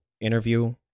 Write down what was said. interview